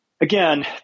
again